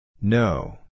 No